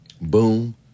Boom